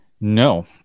No